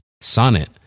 Sonnet